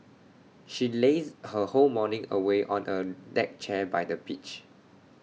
she lazed her whole morning away on A deck chair by the beach